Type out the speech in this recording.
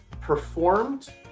performed